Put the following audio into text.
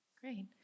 Great